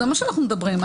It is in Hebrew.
זה מה שאנחנו מדברים.